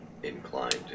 Inclined